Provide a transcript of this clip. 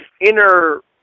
inner